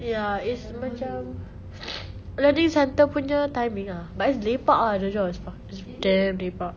ya it's macam learning centre punya timing ah but it's lepak ah the job is f~ it's damn lepak